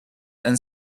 and